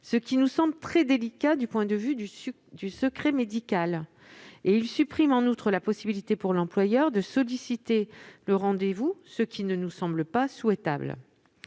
ce qui nous semble très délicat pour le respect du secret médical. Il tend en outre à supprimer la possibilité pour l'employeur de solliciter le rendez-vous, ce qui ne nous semble pas souhaitable.